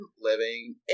living